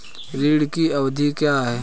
ऋण की अवधि क्या है?